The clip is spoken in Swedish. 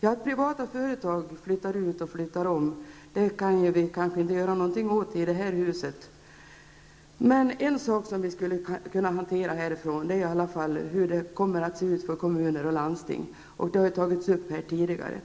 Att privata företag flyttar ut och flyttar om kan vi kanske inte göra någonting åt i detta hus, men en sak som vi skulle kunna hantera härifrån är hur det kommer att se ut för kommuner och landsting, vilket har tagits upp tidigare.